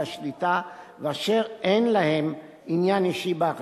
השליטה ואשר אין להם עניין אישי בהחלטה.